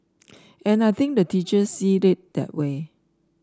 and I think the teachers see it that way